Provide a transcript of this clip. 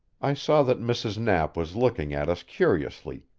i saw that mrs. knapp was looking at us curiously,